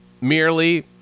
merely